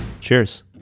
Cheers